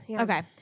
okay